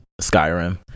skyrim